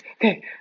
okay